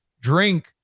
drink